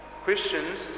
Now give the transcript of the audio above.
Christians